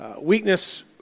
Weakness